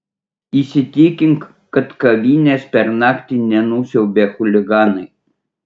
įsitikink kad kavinės per naktį nenusiaubė chuliganai